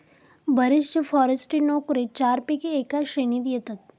बरेचशे फॉरेस्ट्री नोकरे चारपैकी एका श्रेणीत येतत